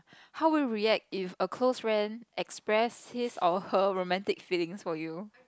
how would you react if a close friend express his or her romantic feelings for you